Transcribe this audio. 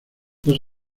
dos